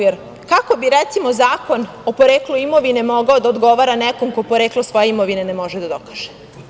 Jer, kako bi, recimo, Zakon o poreklu imovine mogao da odgovara nekom ko poreklo svoje imovine ne može da dokaže?